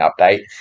update